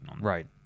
Right